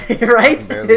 Right